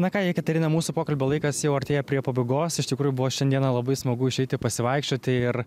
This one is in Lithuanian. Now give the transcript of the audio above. na ką jekaterina mūsų pokalbio laikas jau artėja prie pabaigos iš tikrųjų buvo šiandieną labai smagu išeiti pasivaikščioti ir